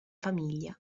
famiglia